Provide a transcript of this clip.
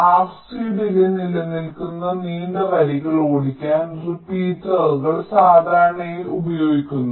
RC delay നിലനിൽക്കുന്ന നീണ്ട വരികൾ ഓടിക്കാൻ റിപ്പീറ്ററുകൾ സാധാരണയായി ഉപയോഗിക്കുന്നു